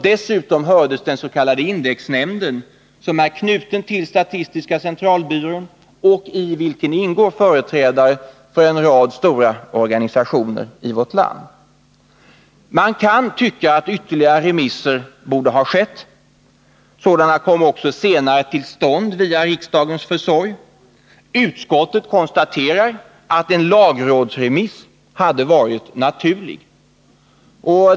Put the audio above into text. Dessutom hördes den s.k. indexnämnden, som är knuten till statistiska centralbyrån och i vilken ingår företrädare för en rad stora organisationer i vårt land. Man kan tycka att ytterligare remisser borde ha skett. Sådana kom också senare till stånd genom riksdagens försorg. Utskottet konstaterar att en lagrådsremiss hade varit naturlig.